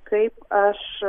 kaip aš